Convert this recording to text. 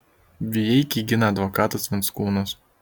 vijeikį gina advokatas venckūnas